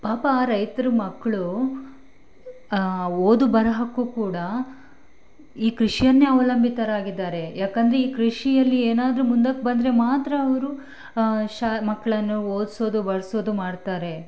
ಪಾಪ ಆ ರೈತ್ರ ಮಕ್ಕಳು ಓದು ಬರಹಕ್ಕೂ ಕೂಡ ಈ ಕೃಷಿಯನ್ನೇ ಅವಲಂಬಿತರಾಗಿದ್ದಾರೆ ಯಾಕಂದರೆ ಈ ಕೃಷಿಯಲ್ಲಿ ಏನಾದರೂ ಮುಂದಕ್ಕೆ ಬಂದರೆ ಮಾತ್ರ ಅವರು ಶಾ ಮಕ್ಕಳನ್ನು ಓದಿಸೋದು ಬರೆಸೋದು ಮಾಡ್ತಾರೆ